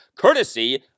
courtesy